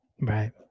right